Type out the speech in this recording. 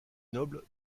noble